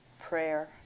prayer